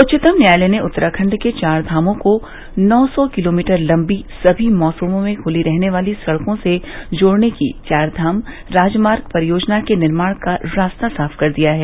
उच्चतम न्यायालय ने उत्तराखंड के चार धामों को नौ सौ किलोमीटर लंबी सभी मौसमों में खुली रहने वाली सड़कों से जोड़ने की चार धाम राजमार्ग परियोजना के निर्माण का रास्ता साफ कर दिया है